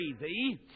thee